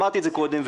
אמרתי את זה קודם,